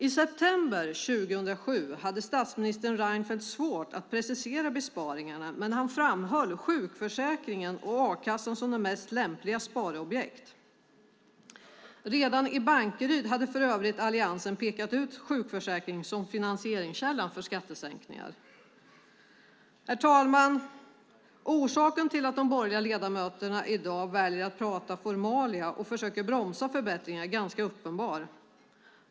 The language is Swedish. I september 2007 hade statsminister Reinfeldt svårt att precisera besparingarna, men han framhöll sjukförsäkringen och a-kassan som de mest lämpliga sparobjekten. Redan i Bankeryd hade för övrigt Alliansen pekat ut sjukförsäkringen som finansieringskälla för skattesänkningar. Herr talman! Orsaken till att de borgerliga ledamöterna i dag väljer att prata formalia och försöker bromsa förbättringar är ganska uppenbar.